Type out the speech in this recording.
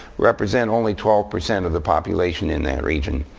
represent only twelve percent of the population in that region.